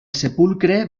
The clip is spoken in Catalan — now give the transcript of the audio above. sepulcre